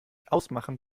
ausmachen